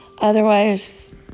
otherwise